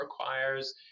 requires